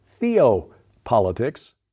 theopolitics